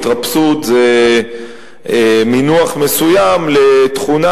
התרפסות זה מינוח מסוים לתכונה,